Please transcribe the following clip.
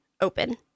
open